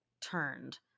turned